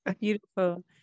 Beautiful